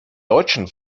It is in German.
deutschen